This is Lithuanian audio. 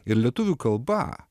ir lietuvių kalba